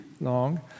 long